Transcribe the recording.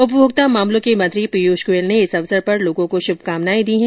उपभोक्ता मामलों के मंत्री पीयूष गोयल ने इस अवसर पर लोगों को शुभकामनाएं दी हैं